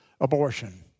abortion